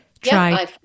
try